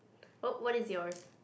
oh what is yours